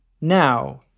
Now